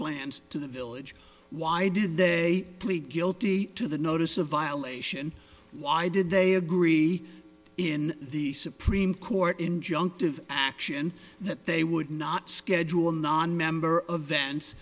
plans to the village why did they plead guilty to the notice of violation why did they agree in the supreme court injunctive action that they would not schedule nonmember of vents